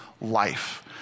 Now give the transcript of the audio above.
life